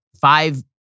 five